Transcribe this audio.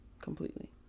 completely